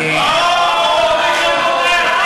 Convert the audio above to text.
היית ג'ובניק כל